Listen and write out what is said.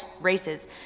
races